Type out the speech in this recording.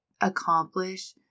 accomplish